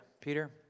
Peter